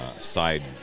side